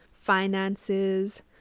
finances